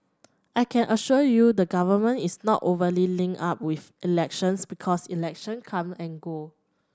I can assure you the Government is not overly linked up with elections because election come and go